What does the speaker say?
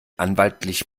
anwaltlich